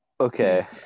okay